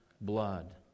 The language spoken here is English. blood